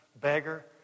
beggar